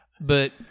But-